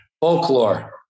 Folklore